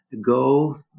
go